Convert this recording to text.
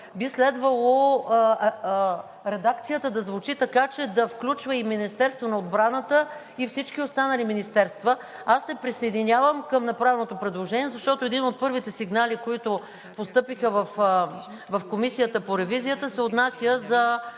би следвало редакцията да звучи така, че да включва и Министерството на отбраната и всички останали министерства. Аз се присъединявам към направеното предложение, защото един от първите сигнали, които постъпиха в Комисията по ревизията, се отнася за